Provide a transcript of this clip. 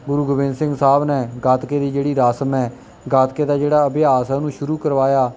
ਗੁਰੂ ਗੋਬਿੰਦ ਸਿੰਘ ਸਾਹਿਬ ਨੇ ਗੱਤਕੇ ਦੀ ਜਿਹੜੀ ਰਸਮ ਹੈ ਗੱਤਕੇ ਦਾ ਜਿਹੜਾ ਅਭਿਆਸ ਉਹਨੂੰ ਸ਼ੁਰੂ ਕਰਵਾਇਆ